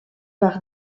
par